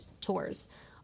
tours